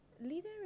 leader